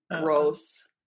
Gross